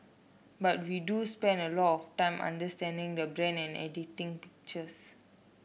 but we do spend a lot of time understanding the branding and editing pictures